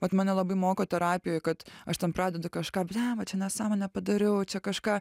vat mane labai moko terapijoj kad aš ten pradedu kažką blemba čia nesąmonę padariau čia kažką